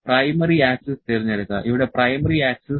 primary axis തിരഞ്ഞെടുക്കുക ഇവിടെ primary axis